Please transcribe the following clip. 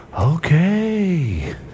Okay